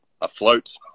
afloat